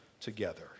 together